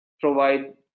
provide